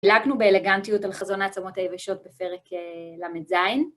דילגנו באלגנטיות על חזון העצמות היבשות בפרק ל"ז